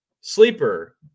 Sleeper